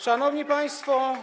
Szanowni Państwo!